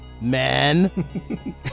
man